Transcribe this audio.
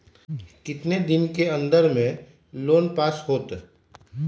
कितना दिन के अन्दर में लोन पास होत?